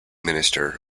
minister